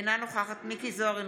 אינה נוכחת מכלוף מיקי זוהר,